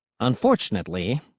Unfortunately